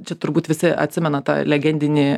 čia turbūt visi atsimena tą legendinį